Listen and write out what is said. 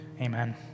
Amen